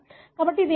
కాబట్టి ఇది ఏమిటి